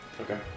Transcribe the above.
okay